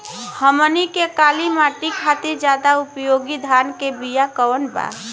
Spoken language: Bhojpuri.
हमनी के काली माटी खातिर ज्यादा उपयोगी धान के बिया कवन बा?